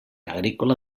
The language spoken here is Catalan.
agrícola